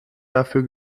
dafür